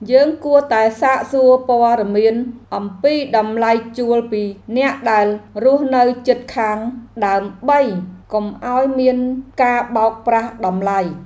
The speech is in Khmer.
យើងគួរតែសាកសួរព័ត៌មានអំពីតម្លៃជួលពីអ្នកដែលរស់នៅជិតខាង ដើម្បីកុំឱ្យមានការបោកប្រាស់តម្លៃ។